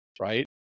right